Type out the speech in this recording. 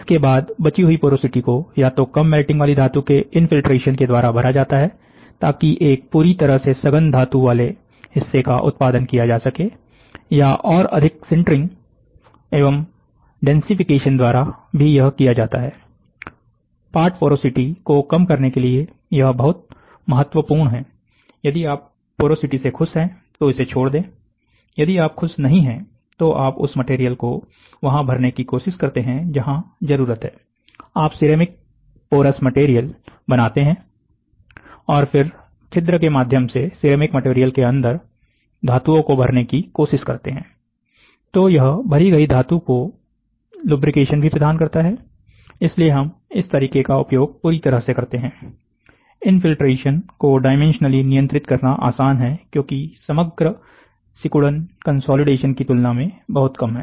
इसके बाद बची हुई पोरोसिटी को या तो एक कम मेल्टिंग वाली धातु के इनफील्ट्रेशन के द्वारा भरा जाता है ताकि एक पूरी तरह से सघन धातु वाले हिस्से का उत्पादन किया जा सके या और अधिक सिंटरिंग एवं डेंसिफिकेशन द्वारा भी किया जाता हैपार्ट पोरोसिटी को कम करने के लिए यह बहुत महत्वपूर्ण है यदि आप पोरोसिटी से खुश हैं तो इसे छोड़ दें यदि आप खुश नहीं हैं तो आप उस मटेरियल को वहां भरने की कोशिश करते हैं जहां जरूरत है आप सिरेमिक पोरस मटेरियल बनाते हैं और फिर छिद्र के माध्यम से सिरेमिक मटेरियल के अंदर धातुओं को भरने की कोशिश करते हैं तो यह भरी गई धातु आपको लुब्रिकेशन भी प्रदान करती है इसलिए हम इस तरीके का उपयोग पूरी तरह से करते हैं इनफील्ट्रेशन को डाइमेंशनली नियंत्रित करना आसान है क्योंकि समग्र सिकुड़न कंसोलिडेशन की तुलना में बहुत कम है